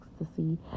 ecstasy